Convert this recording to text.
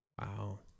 Wow